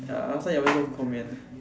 ah last time you alwyas go 可口面